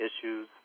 issues